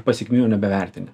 pasekmių jau nebevertini